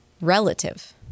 relative